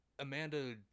Amanda